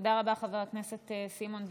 תודה רבה, חבר הכנסת סימון דוידסון.